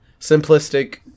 simplistic